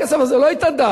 הכסף הזה לא התאדה,